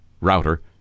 router